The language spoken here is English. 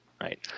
right